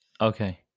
okay